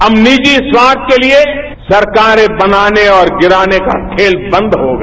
अब निजी स्वार्थ के लिए सरकारें बनाने और गिराने का खेल बंद होगा